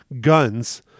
guns